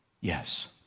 Yes